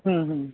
हं हं